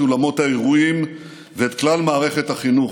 אולמות האירועים ואת כלל מערכת החינוך,